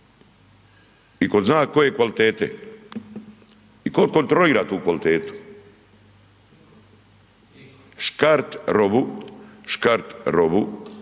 i ko zna koje kvalitete i ko kontrolira tu kvalitetu. Škart robu, škart robu,